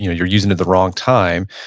you're you're using it the wrong time.